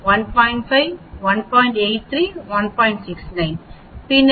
69 பின்னர் இங்கே 1